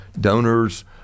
donors